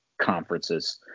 conferences